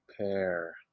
Pair